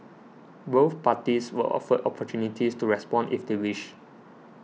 both parties were offered opportunities to respond if they wished